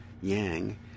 yang